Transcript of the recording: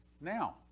now